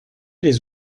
les